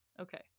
Okay